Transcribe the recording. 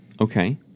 Okay